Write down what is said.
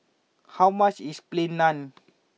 how much is Plain Naan